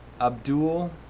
Abdul